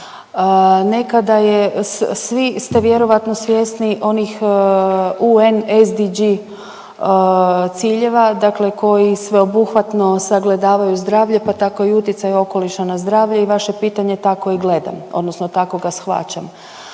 Nekada je, svi ste vjerojatno svjesni onih UN SDG ciljeva, dakle koji sveobuhvatno sagledavaju zdravlje, pa tako i utjecaj okoliša na zdravlje i vaše pitanje tako i gledam odnosno tako ga shvaćam.